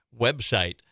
website